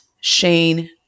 Shane